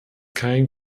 keinen